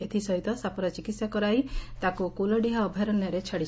ଏଥିସହିତ ସାପର ଚିକିହା କରାଇ ତାକୁ କୁଲଡିହା ଅୟାରଣ୍ୟରେ ଛାଡ଼ିଛନ୍ତି